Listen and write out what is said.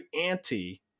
anti